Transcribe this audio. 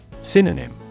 Synonym